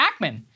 Ackman